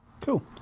Cool